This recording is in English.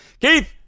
Keith